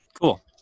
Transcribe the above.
cool